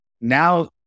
now